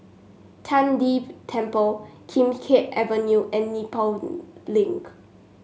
Tian De Temple Kim Keat Avenue and Nepal Link